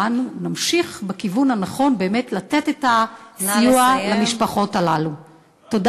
ואנו נמשיך בכיוון הנכון באמת לתת את הסיוע למשפחות הללו.